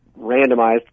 randomized